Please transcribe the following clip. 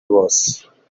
bose